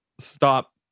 stop